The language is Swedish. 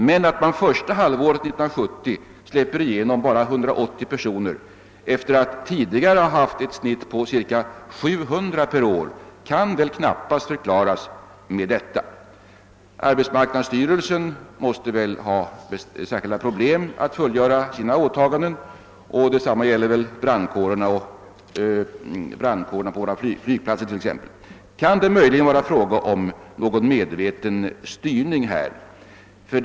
Men att man första halvåret 1970 släpper igenom bara 180 personer efter att tidigare ha haft i genomsnitt 700 per år kan knappast förklaras med detta. Arbetsmarknadsstyrelsen måste ha särskilda problem att fullgöra sina åtaganden, och detsamma gäller väl t.ex. brandkårerna på våra flygplatser. Kan det möjligen vara fråga om någon medveten styrning härvidlag?